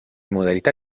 modalità